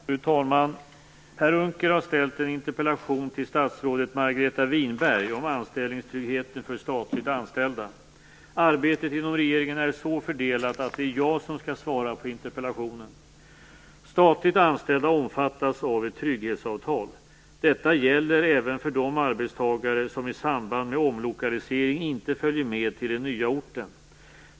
Fru talman! Per Unckel har ställt en interpellation till statsrådet Margareta Winberg om anställningstryggheten för statligt anställda. Arbetet inom regeringen är så fördelat att det är jag som skall svara på interpellationen. Detta gäller även för de arbetstagare som i samband med omlokalisering inte följer med till den nya orten.